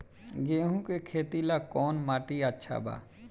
गेहूं के खेती ला कौन माटी अच्छा बा?